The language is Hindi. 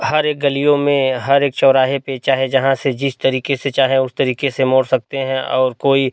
हर एक गलियों में हर एक चौराहे पर चाहे जहाँ से जिस तरीके से चाहें उस तरीके से मोड़ सकते हैं और कोई